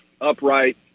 upright